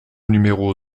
numéro